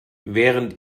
während